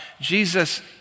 Jesus